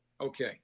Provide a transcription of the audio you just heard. Okay